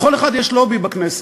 לכל אחד יש לובי בכנסת,